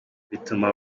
bituma